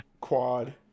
quad